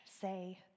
say